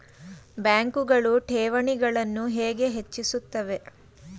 ಬ್ಯಾಂಕುಗಳು ಠೇವಣಿಗಳನ್ನು ಹೇಗೆ ಹೆಚ್ಚಿಸುತ್ತವೆ?